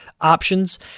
options